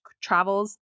Travels